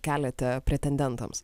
keliate pretendentams